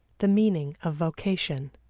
the meaning of vocation.